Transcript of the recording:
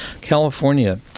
california